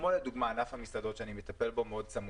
כמו לדוגמה ענף המסעדות שאני מטפל בו מאוד צמוד.